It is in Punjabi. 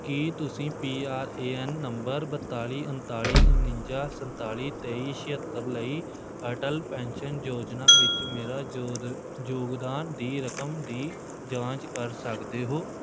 ਕੀ ਤੁਸੀਂ ਪੀ ਆਰ ਏ ਐੱਨ ਨੰਬਰ ਬਤਾਲੀ ਉਨਤਾਲੀ ਉਨੰਜਾ ਸੰਤਾਲੀ ਤੇਈ ਛਿਹੱਤਰ ਲਈ ਅਟਲ ਪੈਨਸ਼ਨ ਯੋਜਨਾ ਵਿੱਚ ਮੇਰਾ ਯੋਦ ਯੋਗਦਾਨ ਦੀ ਰਕਮ ਦੀ ਜਾਂਚ ਕਰ ਸਕਦੇ ਹੋ